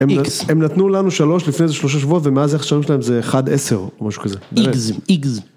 ‫הם נתנו לנו שלוש לפני איזה שלושה שבוע, ‫ומאז איך שמים שלהם זה 1-10 או משהו כזה. ‫איגז, איגז.